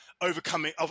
overcoming